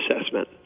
assessment